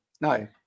no